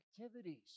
activities